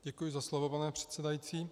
Děkuji za slovo, pane předsedající.